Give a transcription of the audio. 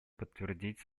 подтвердить